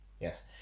Yes